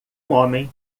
homem